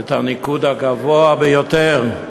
את הניקוד הגבוה ביותר,